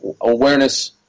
awareness